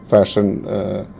Fashion